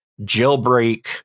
jailbreak